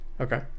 Okay